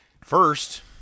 First